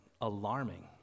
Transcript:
alarming